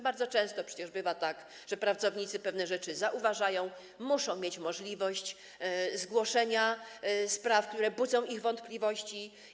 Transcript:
Bardzo często przecież bywa tak, że pracownicy pewne rzeczy zauważają, muszą więc mieć możliwość zgłoszenia spraw, które budzą ich wątpliwości.